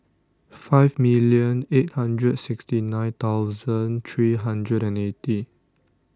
five million eight hundred sixty nine thousand three hundred and eighty